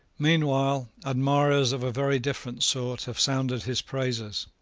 meanwhile admirers of a very different sort have sounded his praises.